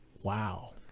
Wow